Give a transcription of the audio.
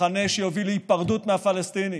מחנה שיוביל להיפרדות מהפלסטינים,